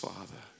Father